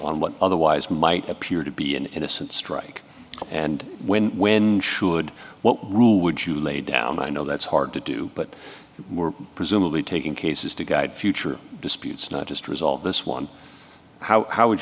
on what otherwise might appear to be an innocent strike and when when should what rule would you lay down i know that's hard to do but we're presumably taking cases to guide future disputes not just resolve this one how how would